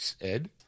Ed